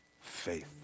faith